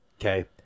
Okay